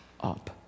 up